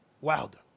Wilder